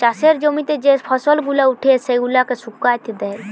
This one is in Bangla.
চাষের জমিতে যে ফসল গুলা উঠে সেগুলাকে শুকাতে দেয়